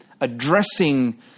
addressing